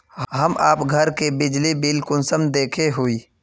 हम आप घर के बिजली बिल कुंसम देखे हुई?